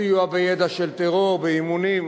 סיוע בידע של טרור, באימונים,